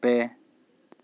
ᱯᱮ